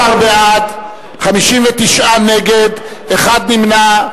14 בעד, 59 נגד, אחד נמנע.